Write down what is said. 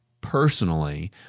Personally